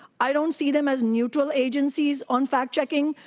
i don't see them as neutral agencies on fact checking.